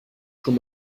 schon